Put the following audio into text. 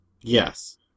Yes